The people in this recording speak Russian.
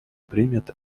примет